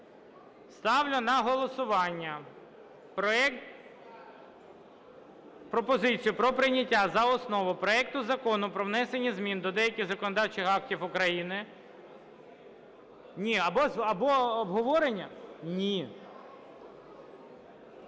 Ставлю на голосування пропозицію про прийняття за основу проекту Закону про внесення змін до деяких законодавчих актів України… Ні. Або обговорення? Ні.